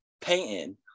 painting